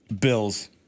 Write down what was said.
Bills